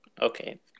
Okay